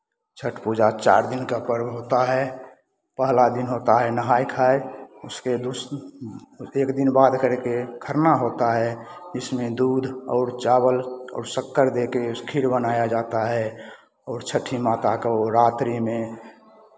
छठ पूजा चार दिन का पर्व होता है पहला दिन होता है नहाय खाय उसके दुस एक दिन बाद करके खरना होता है जिसमे दूध और चावल और शक्कर दे के खीर बनाया जाता है और छठी माता को रात्रि में